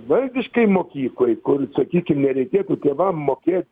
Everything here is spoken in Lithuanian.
valdiškai mokyklai kur sakykim nereikėtų tėvam mokėt